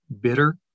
bitter